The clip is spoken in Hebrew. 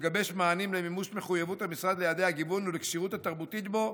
ולגבש מענים למימוש מחויבות המשרד ליעדי הגיוון ולכשירות התרבותית בו.